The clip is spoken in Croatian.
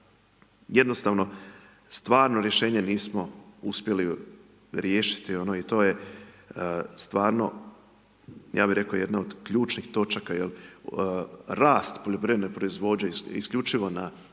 jednostavno stvarno rješenje nismo uspjeli riješiti i to je stvarno ja bi rekao, jedno od ključnih točaka jer rast poljoprivredne proizvodnje isključivo na